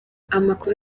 amakuru